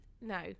no